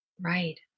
Right